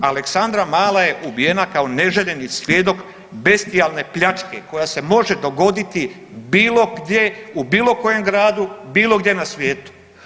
Aleksandra mala je ubijena kao neželjeni svjedok bestijalne pljačke koja se može dogoditi bilo gdje u bilo kojem gradu bilo gdje na svijetu.